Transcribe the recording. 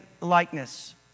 likeness